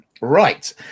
Right